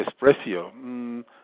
desprecio